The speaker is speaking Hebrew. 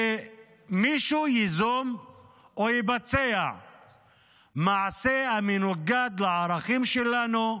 שמישהו ייזום או יבצע מעשה המנוגד לערכים שלנו,